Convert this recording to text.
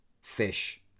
fish